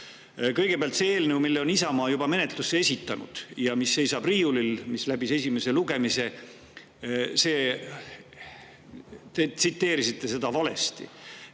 Kõigepealt see eelnõu, mille on Isamaa juba menetlusse esitanud, mis seisab riiulil ja mis läbis esimese lugemise – te [kirjeldasite] seda valesti.